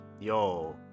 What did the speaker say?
yo